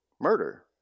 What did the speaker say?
murder